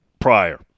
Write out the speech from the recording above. prior